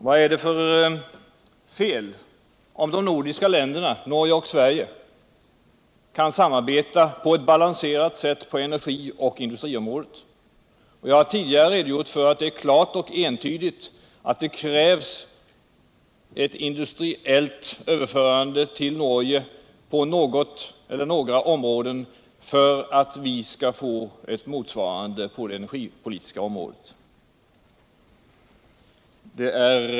Vad är det för fel om de nordiska länderna Norge och Sverige kan samarbeta på ett balanserat sätt på energi och industriområdet”? Jag har tidigare redogjort för ati det är klart och entydigt att det krävs ett industriellt överförande till Norge på något eller några områden för att vi skall få ett motsvarande överförande till Sverige på det energipolitiska området.